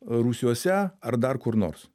rūsiuose ar dar kur nors